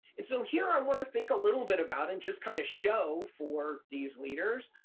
and so here i want to think a little bit about and just kind of show for these leaders,